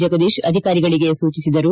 ಜಗದೀಶ್ ಅಧಿಕಾರಿಗಳಿಗೆ ಸೂಚಿಸಿದರು